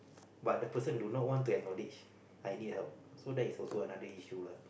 but the person do not want to acknowledge I need help so that is also another issue lah